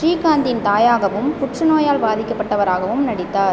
ஸ்ரீகாந்தின் தாயாகவும் புற்றுநோயால் பாதிக்கப்பட்டவராகவும் நடித்தார்